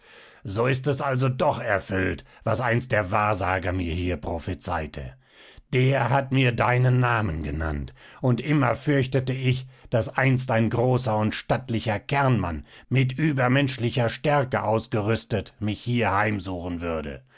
so ist es also doch erfüllt was einst der wahrsager mir hier prophezeite der hat mir deinen namen genannt und immer fürchtete ich daß einst ein großer und stattlicher kernmann mit übermenschlicher stärke ausgerüstet mich hier heimsuchen würde